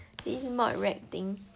this module rag thing